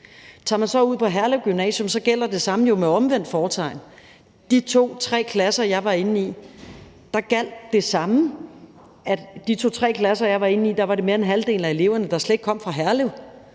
Tager man så ud på Herlev Gymnasium, gælder det samme jo med omvendt fortegn. I de to, tre klasser, jeg var inde i, gjaldt det samme, nemlig at det var mere end halvdelen af eleverne, der slet ikke kom fra Herlev.